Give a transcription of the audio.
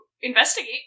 investigate